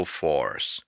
force